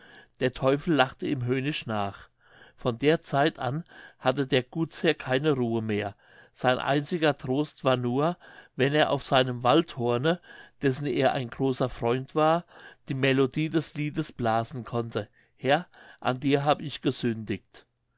der teufel lachte ihm höhnisch nach von der zeit an hatte der gutsherr keine ruhe mehr sein einziger trost war nur wenn er auf seinem waldhorne dessen er ein großer freund war die melodie des liedes blasen konnte herr an dir hab ich gesündigt